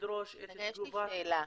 אדוני, יש לי שאלה.